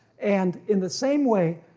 and in the same way